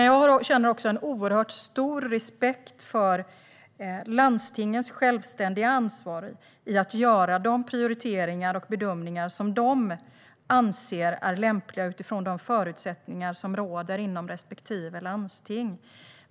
Jag känner en oerhört stor respekt för landstingens självständiga ansvar i att göra de prioriteringar och bedömningar som de anser är lämpliga utifrån de förutsättningar som råder inom respektive landsting.